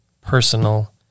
personal